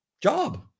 job